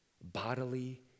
bodily